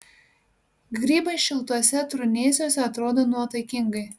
grybai šiltuose trūnėsiuose atrodo nuotaikingai